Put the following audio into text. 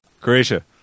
Croatia